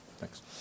Thanks